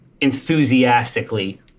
enthusiastically